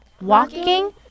walking